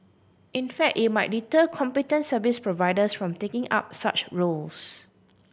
in fact it might deter competent service providers from taking up such roles